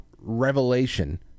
revelation